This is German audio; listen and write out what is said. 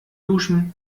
duschen